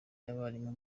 y’abarimu